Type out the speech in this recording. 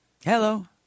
Hello